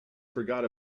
forgot